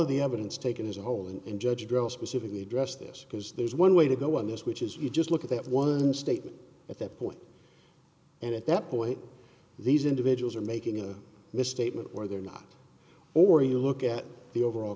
of the evidence taken as a whole and judge draw specifically address this because there's one way to go on this which is you just look at that one statement at that point and at that point these individuals are making a misstatement or they're not or you look at the overall